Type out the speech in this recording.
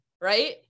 Right